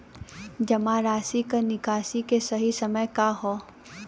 जमा राशि क निकासी के सही समय का ह?